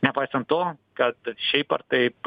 nepaisant to kad šiaip ar taip